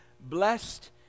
Blessed